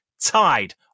tied